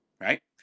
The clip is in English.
Right